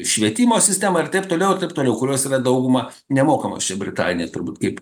švietimo sistema ir taip toliau ir taip toliau kurios yra dauguma nemokamos čia britanijoj turbūt kaip